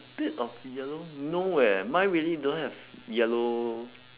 a bit of yellow no eh mine really don't have yellow